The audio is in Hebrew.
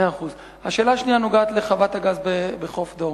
השאלה השנייה נוגעת לחוות הגז בחוף דור.